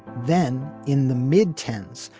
then in the mid ten s,